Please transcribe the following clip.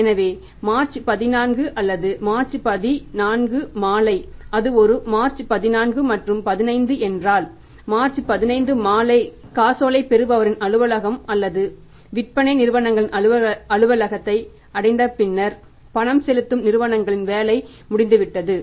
எனவே மார்ச்14 அல்லது மார்ச் 14 மாலை அது ஒரு மார்ச்14 மற்றும் 15 என்றால் மார்ச் 15 மாலை காசோலை பெறுபவரின் அலுவலகம் அல்லது விற்பனை நிறுவனங்களின் அலுவலகத்தை அடைந்த பின்னர் பணம் செலுத்தும் நிறுவனங்களின் வேலை முடிந்துவிட்டது